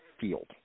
field